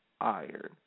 iron